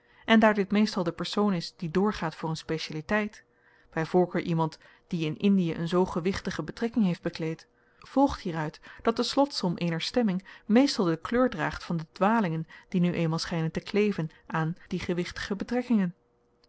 en daar dit meestal de persoon is die doorgaat voor een specialiteit by voorkeur iemand die in indie een zoo gewichtige betrekking heeft bekleed volgt hieruit dat de slotsom eener stemming meestal de kleur draagt van de dwalingen die nu eenmaal schynen te kleven aan die gewichtige betrekkingen